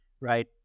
right